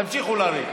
תמשיכו לריב.